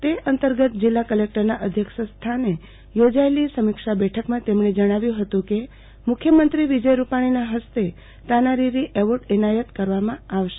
તે અંતર્ગત જિલ્લા કલેકટરના અધ્યક્ષસ્થાને યોજાયેલી સમીક્ષા બેઠકમાં તેમણે જણાવ્યું હતું કે મુખ્યમંત્રી વિજય રૂપાણીના હસ્તે તાનારીરી એવોર્ડ એનાયત કરવામાં આવશે